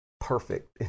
perfect